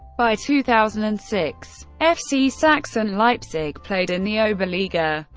by two thousand and six, fc sachsen leipzig played in the oberliga,